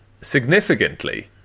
Significantly